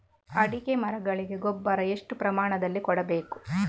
ಅಡಿಕೆ ಮರಗಳಿಗೆ ಗೊಬ್ಬರ ಎಷ್ಟು ಪ್ರಮಾಣದಲ್ಲಿ ಕೊಡಬೇಕು?